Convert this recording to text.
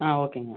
on ஓகேங்க